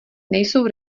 nejsou